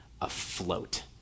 afloat